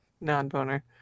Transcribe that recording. non-boner